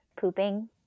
pooping